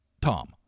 Tom